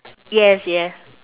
yes yes